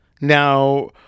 Now